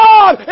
God